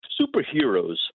superheroes